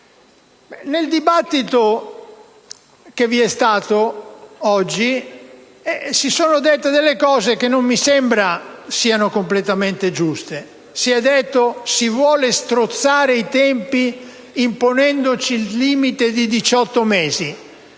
Nel dibattito che vi è stato oggi sono state dette cose che non mi sembra siano completamente giuste. Si è detto: si vogliono strozzare i tempi imponendoci il limite di 18 mesi.